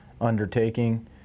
undertaking